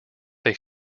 they